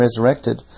resurrected